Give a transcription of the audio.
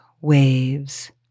Waves